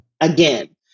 again